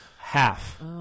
half